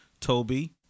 Toby